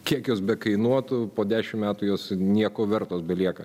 kiek jos be kainuotų po dešimt metų jos nieko vertos belieka